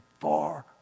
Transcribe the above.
far